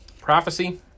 Prophecy